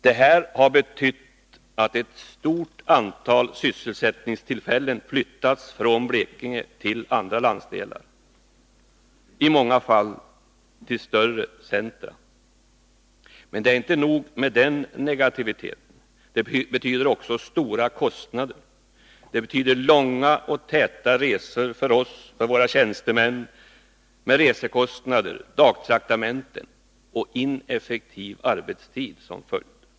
Det här har betytt att ett stort antal sysselsättningstillfällen flyttats från Blekinge till andra landsdelar, i många fall till större centra. Men det är inte nog med den negativiteten. Det betyder också stora kostnader. Det betyder långa och täta resor för oss och för våra tjänstemän, med resekostnader, dagtraktamenten och ineffektiv arbetstid som följd.